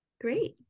Great